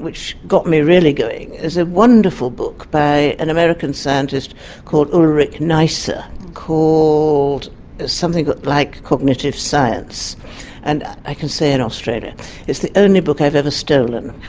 which got me really going, is a wonderful book by an american scientist called ulric neisser ah called something like cognitive science and i can say in australia it's the only book i've ever stolen.